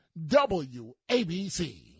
WABC